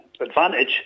advantage